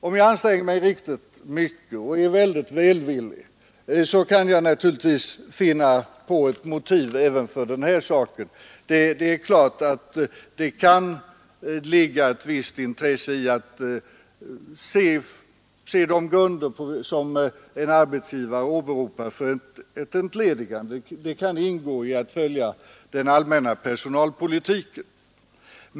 Om jag anstränger mig riktigt mycket och är väldigt välvillig, så kan jag naturligtvis finna ett motiv även för denna sak. Det är klart att det kan ligga ett visst intresse i att se de grunder som en arbetsgivare åberopar för ett entledigande — det kan ingå i ett följande av den allmänna personalpolitiken.